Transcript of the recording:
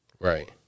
Right